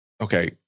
Okay